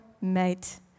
mate